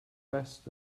best